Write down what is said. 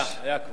היה, היה כבר.